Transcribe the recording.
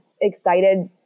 excited